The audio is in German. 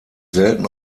selten